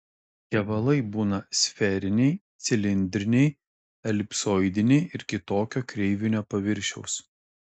kevalai būna sferiniai cilindriniai elipsoidiniai ir kitokio kreivinio paviršiaus